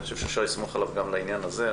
אני חושב שאפשר לסמוך עליו גם לעניין הזה,